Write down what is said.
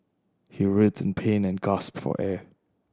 he writhed in pain and gasped for air